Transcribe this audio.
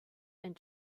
and